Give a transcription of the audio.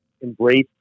embrace